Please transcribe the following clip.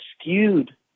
skewed